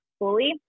fully